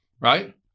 right